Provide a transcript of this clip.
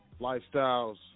Lifestyles